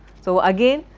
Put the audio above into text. so again,